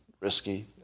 risky